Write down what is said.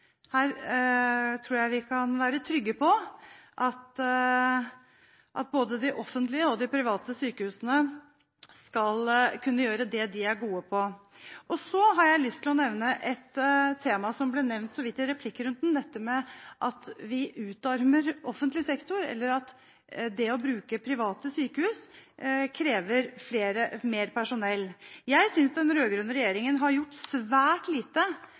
Her tror jeg vi kan være trygge på at både de offentlige og de private sykehusene skal kunne gjøre det de er gode på. Så har jeg lyst til å nevne et tema som ble nevnt så vidt i replikkrunden – dette med at vi utarmer offentlig sektor, eller at det å bruke private sykehus krever mer personell. Jeg synes den rød-grønne regjeringen har gjort svært lite